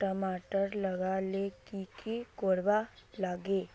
टमाटर लगा ले की की कोर वा लागे?